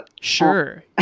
Sure